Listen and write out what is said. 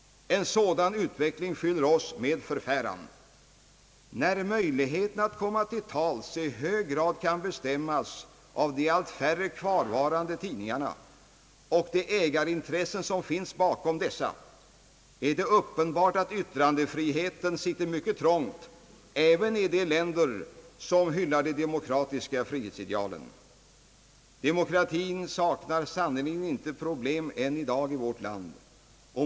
En sådan utveckling fyller oss med förfäran. När möjligheterna att komma till tals i hög grad kan bestämmas av de allt färre kvarvarande tidningarna och de ägarintressen som finns bakom dessa, är det uppenbart att yttrandefriheten sitter mycket trångt även i de länder som hyllar de demokratiska frihetsidealen. Demokratin saknar sannerli gen inte problem än i dag i vårt land.